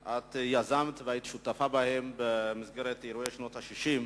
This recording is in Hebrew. שיזמת והיית שותפה להם במסגרת אירועי שנות ה-60.